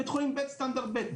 בית חולים ב' סטנדרט ב'.